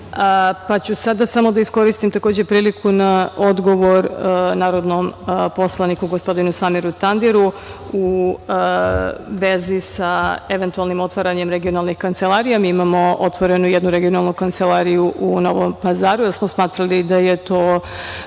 pa ću sada samo da iskoristim, takođe, priliku na odgovor narodnom poslaniku gospodinu Samiru Tandiru u vezi sa eventualnim otvaranjem regionalnih kancelarija. Mi imamo otvorenu jednu regionalnu kancelariju u Novom Pazaru, jer smo smatrali da je to